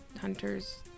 hunter's